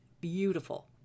beautiful